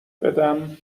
بدم